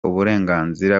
uburenganzira